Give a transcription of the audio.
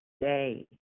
day